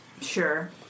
Sure